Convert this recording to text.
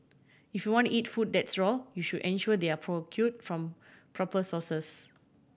if you want to eat food that's raw you should ensure they are procure from proper sources